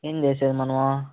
ఏమి చేసేది మనము